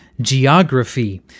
Geography